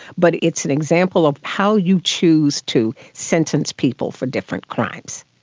but it's an example of how you choose to sentence people for different crimes.